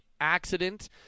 accident